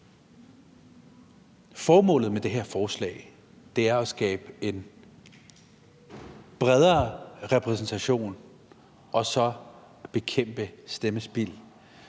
Formålet med det her forslag er at skabe en bredere repræsentation og bekæmpe stemmespild,